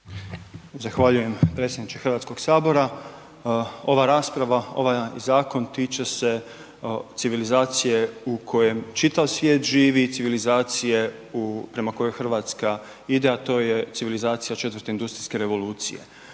Zahvaljujem predsjedniče HS-a. Ova rasprava, ovaj zakon tiče se civilizacije u kojem čitav svijet živi, civilizacije prema kojoj hrvatska ide, a to je civilizacija 4. industrijske revolucije.